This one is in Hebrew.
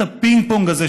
את הפינג-פונג הזה,